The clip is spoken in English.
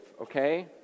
okay